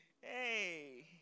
hey